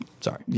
Sorry